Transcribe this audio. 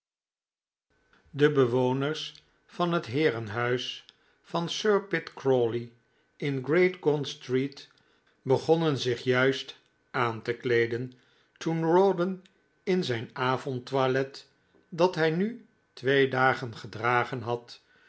pao bewoners van het heerenhuis van sir pitt crawley in great gaunt street begonnen p f zich juist aan te kleeden toen rawdon in zijn avondtoilet dat hij nu twee dagen gedragen had